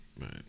right